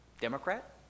Democrat